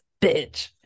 bitch